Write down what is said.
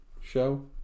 show